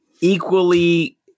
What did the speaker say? equally